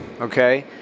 okay